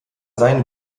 seien